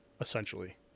essentially